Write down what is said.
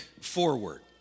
forward